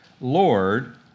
Lord